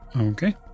Okay